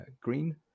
green